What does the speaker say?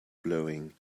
blowing